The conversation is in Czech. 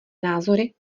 názory